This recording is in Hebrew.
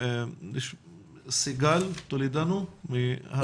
סיגל טולדנו בבקשה.